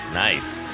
nice